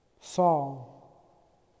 Saul